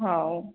ହଉ